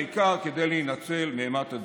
העיקר להינצל מאימת הדין.